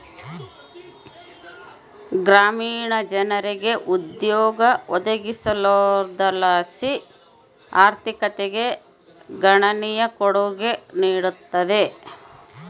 ಗ್ರಾಮೀಣ ಜನರಿಗೆ ಉದ್ಯೋಗ ಒದಗಿಸೋದರ್ಲಾಸಿ ಆರ್ಥಿಕತೆಗೆ ಗಣನೀಯ ಕೊಡುಗೆ ನೀಡುತ್ತದೆ